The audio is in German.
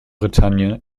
bretagne